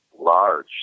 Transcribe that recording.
Large